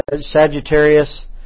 Sagittarius